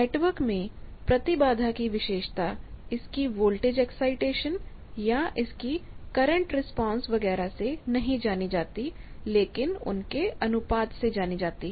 network में प्रतिबाधा की विशेषता इसकी वोल्टेज एक्साईटेशन या इसकी करंट रिस्पांस वगैरह से नहीं जानी जाती लेकिन उन के अनुपात से जानी जाती है